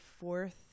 fourth